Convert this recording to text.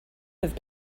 have